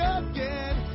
again